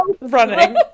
Running